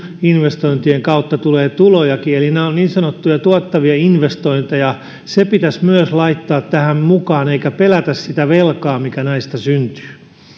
investointien kautta tulee tulojakin eli nämä ovat niin sanottuja tuottavia investointeja se pitäisi myös laittaa tähän mukaan eikä pelätä sitä velkaa mikä näistä syntyy